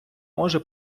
може